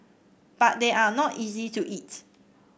but they are not easy to eat